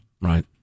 Right